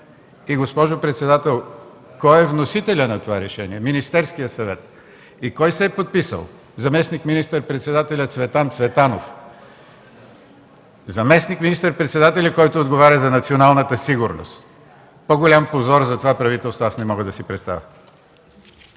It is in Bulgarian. Госпожо председател, кой е вносителят на това решение? – Министерският съвет! Кой се е подписал? – Заместник министър-председателят Цветан Цветанов. Заместник министър-председателят, който отговаря за националната сигурност. По-голям позор за това правителство аз не мога да си представя!